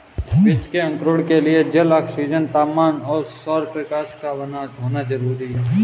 बीज के अंकुरण के लिए जल, ऑक्सीजन, तापमान और सौरप्रकाश का होना जरूरी है